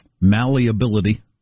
malleability